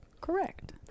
Correct